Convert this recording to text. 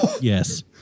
Yes